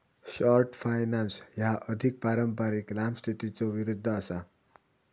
short finance ह्या अधिक पारंपारिक लांब स्थितीच्यो विरुद्ध असा